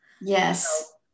Yes